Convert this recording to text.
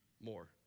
more